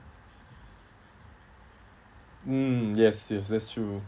mm yes yes that's true